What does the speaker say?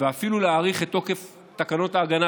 ואפילו להאריך את תוקף תקנות ההגנה